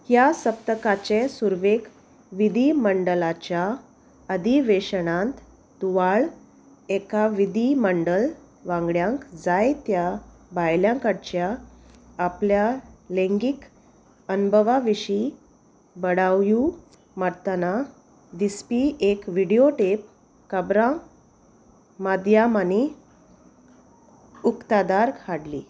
ह्या सप्तकाचे सुरवेक विधीमंडलाच्या अधिवेशनांत तुवाळ एका विधीमंडळ वांगड्यांक जाय त्या बायलांकडच्या आपल्या लैंगीक अणभवा विशीं बडायो मारतना दिसपी एक विडयो टॅप खबरां माध्यमांनी उक्ताडार हाडली